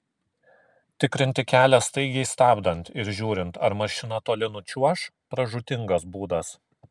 tikrinti kelią staigiai stabdant ir žiūrint ar mašina toli nučiuoš pražūtingas būdas